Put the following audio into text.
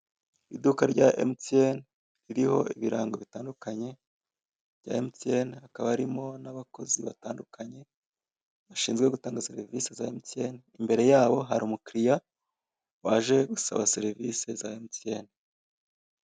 Iduka rya emutiyene ririho ibirango bitandukanye bya emutiyene, hakaba harimo y'abakozi bitandukanye bashinzwe gutanga serivise za emutiyene, imbere yabo hari umukiliya waje gusaba serivise za emutiyene.